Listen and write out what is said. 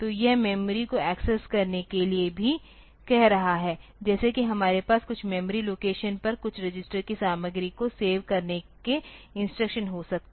तो यह मेमोरी को एक्सेस करने के लिए भी कह रहा है जैसे कि हमारे पास कुछ मेमोरी लोकेशन पर कुछ रजिस्टर की सामग्री को सेव करने के इंस्ट्रक्शन हो सकते हैं